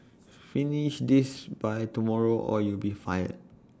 finish this by tomorrow or you'll be fired